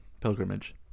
pilgrimage